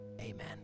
amen